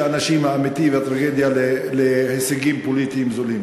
של אנשים וטרגדיה להישגים פוליטיים זולים?